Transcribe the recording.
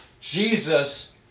Jesus